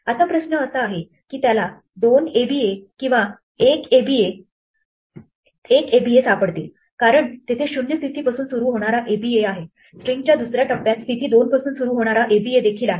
आता प्रश्न असा आहे की त्याला दोन aba किंवा 1 aba सापडतील कारण तेथे 0 स्थितीपासून सुरू होणारा aba आहे स्ट्रिंगच्या दुसऱ्या टप्प्यात स्थिती 2 पासून सुरू होणारा aba देखील आहे